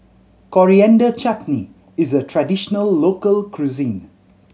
Coriander Chutney is a traditional local cuisine